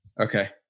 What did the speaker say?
Okay